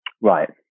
Right